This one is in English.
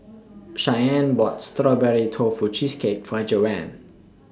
Shyanne bought Strawberry Tofu Cheesecake For Joanne